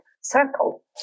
circle